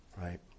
right